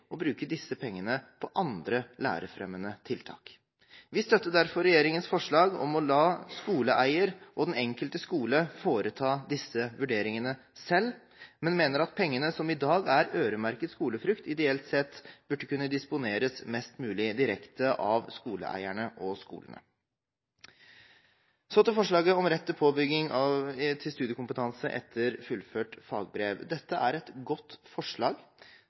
å bruke disse pengene på andre lærefremmende tiltak. Vi støtter derfor regjeringens forslag om å la skoleeier og den enkelte skole foreta disse vurderingene selv og mener at pengene som i dag er øremerket skolefrukt, ideelt sett burde kunne disponeres mest mulig direkte av skoleeierne og skolene. Så til forslaget om rett til påbygging til generell studiekompetanse etter fullført fagbrev: Dette er et godt forslag,